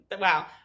wow